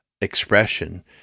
expression